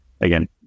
again